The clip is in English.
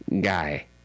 guy